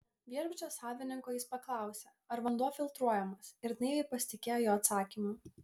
viešbučio savininko jis paklausė ar vanduo filtruojamas ir naiviai pasitikėjo jo atsakymu